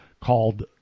called